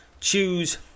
choose